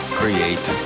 create